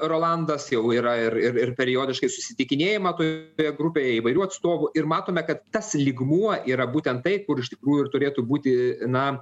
rolandas jau yra ir ir ir periodiškai susitikinėjimą toje grupėje įvairių atstovų ir matome kad tas lygmuo yra būtent tai kur iš tikrųjų turėtų būti na